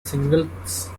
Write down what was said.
singles